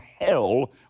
hell